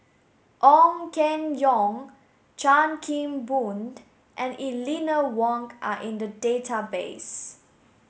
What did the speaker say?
Ong Keng Yong Chan Kim Boon and Eleanor Wong are in the database